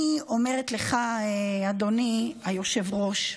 אני אומרת לך, אדוני היושב-ראש,